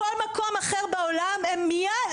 בכל מקום אחר בעולם הם מיד,